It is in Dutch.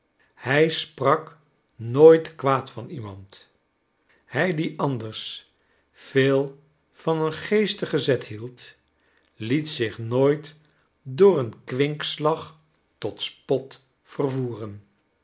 hij sprak nooit kwaad van iemand hij die anders veel van een geestigen zet hield liet zich nooit door een kwinkslag tot spot vervoeren